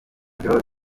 deo